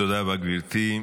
תודה רבה, גברתי.